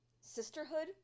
sisterhood